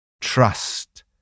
Trust